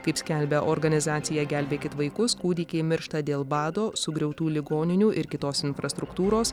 kaip skelbia organizacija gelbėkit vaikus kūdikiai miršta dėl bado sugriautų ligoninių ir kitos infrastruktūros